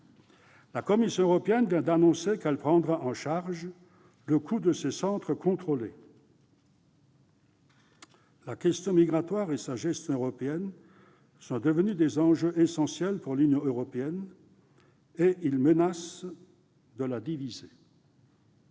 La Commission européenne vient d'annoncer qu'elle prendra en charge le coût de ces centres contrôlés. La question migratoire et sa gestion européenne sont devenues des enjeux essentiels pour l'Union européenne, et ils menacent de la diviser.